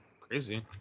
crazy